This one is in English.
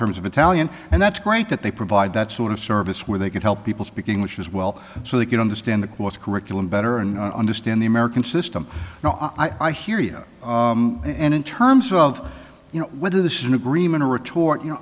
terms of italian and that's great that they provide that sort of service where they can help people speak english as well so they can understand the quotes curriculum better and understand the american system i hear you and in terms of you know whether this is an agreement a retort you know